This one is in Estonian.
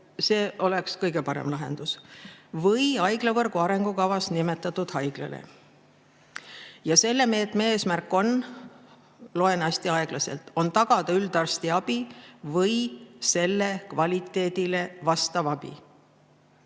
see oleks kõige parem lahendus – või haiglavõrgu arengukavas nimetatud haiglale. Selle meetme eesmärk on – loen hästi aeglaselt – tagada üldarstiabi või selle kvaliteedile vastav abi.